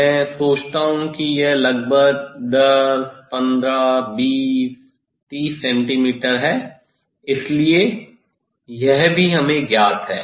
मैं सोचता हूँ कि यह लगभग 10 15 20 30 सेंटीमीटर है इसलिए यह भी हमें ज्ञात है